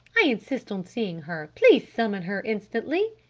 i insist on seeing her! please summon her instantly!